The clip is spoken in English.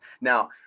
Now